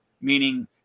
meaning